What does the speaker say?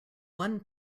one